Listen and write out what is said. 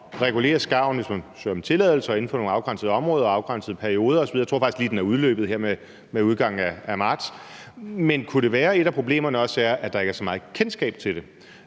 regulere skarven, hvis man søger om tilladelse inden for nogle afgrænsede områder og i afgrænsede perioder osv. Jeg tror faktisk, at den lige er udløbet her med udgangen af marts. Kunne det være, at et af problemerne også er, at der ikke er så meget kendskab til det?